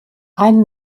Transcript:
ein